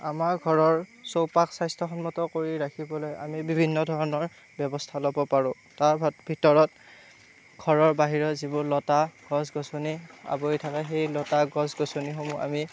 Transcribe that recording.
আমাৰ ঘৰৰ চৌপাশ স্বাস্থ্য সন্মত কৰি ৰাখিবলৈ আমি বিভিন্ন ধৰণৰ ব্যৱস্থা ল'ব পাৰোঁ তাৰ ভিতৰত ঘৰৰ বাহিৰৰ যিবোৰ লতা গছ গছনি আৱৰি থকা সেই লতা গছ গছনিসমূহ আমি